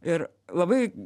ir labai